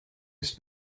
ist